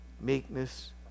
meekness